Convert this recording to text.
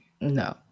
no